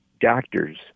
doctors